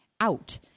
out